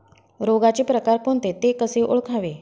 रोगाचे प्रकार कोणते? ते कसे ओळखावे?